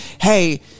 hey